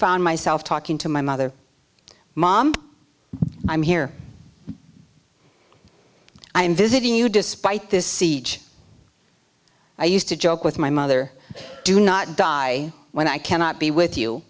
found myself talking to my mother mom i'm here i'm visiting you despite this siege i used to joke with my mother do not die when i cannot be with you